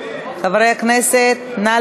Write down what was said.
חברי הכנסת, נא